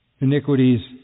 iniquities